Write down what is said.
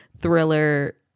thriller